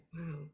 wow